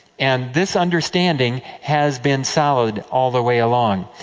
and this understanding has been solid, all the way along.